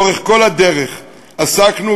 לאורך כל הדרך עסקנו,